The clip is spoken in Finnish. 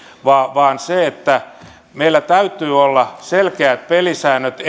vaan meillä täytyy olla selkeät pelisäännöt